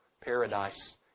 Paradise